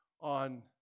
on